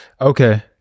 okay